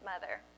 mother